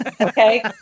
Okay